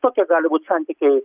tokie gali būt santykiai